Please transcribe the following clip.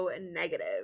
negative